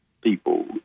people